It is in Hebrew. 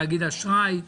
תאגיד אשראי.